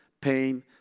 pain